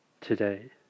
today